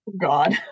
god